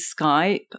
Skype